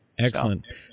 Excellent